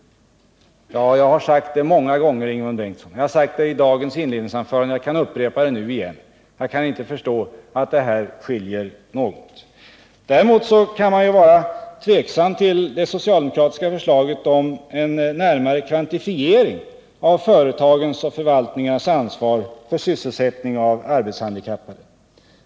Ja, jag har sagt det många gånger, Ingemund Bengtsson. Jag sade det i dagens inledningsanförande, och jag kan säga det nu igen: Jag kan inte förstå att det är någon skillnad. Däremot kan jag ställa mig tveksam till det socialdemokratiska förslaget om en närmare kvantifiering av företagens och förvaltningarnas ansvar för sysselsättning av arbetshandikappade.